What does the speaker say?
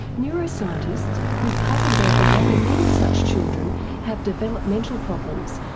neuroscientists who'd puzzled over why many such children have developmental problems,